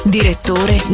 Direttore